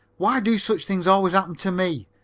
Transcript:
why do such things always happen to me?